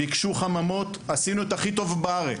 ביקשו חממות, עשינו את הכי טוב בארץ.